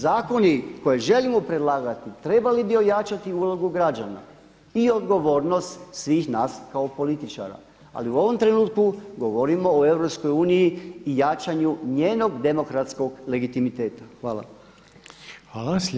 Zakoni koje želimo predlagati trebali bi ojačati ulogu građana i odgovornost svih nas kao političara, ali u ovom trenutku govorimo o EU i jačanju njenog demokratskog legitimiteta.